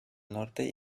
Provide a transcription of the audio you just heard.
norte